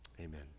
Amen